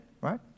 Right